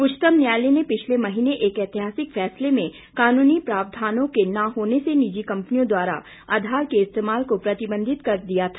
उच्चतम न्यायालय ने पिछले महीने एक ऐतिहासिक फैसले में कानूनी प्रावधानों के न होने से निजी कंपनियों द्वारा आधार के इस्तेमाल को प्रतिबंधित कर दिया था